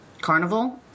Carnival